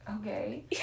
okay